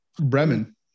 Bremen